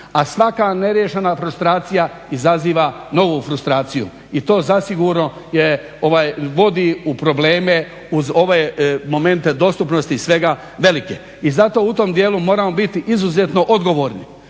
a svaka neriješena frustracija izaziva novu frustraciju. I to zasigurno je ovaj, vodi u probleme uz ove momente dostupnosti i svega velik. I zato u tom dijelu moramo biti izuzetno odgovorni,